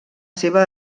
seva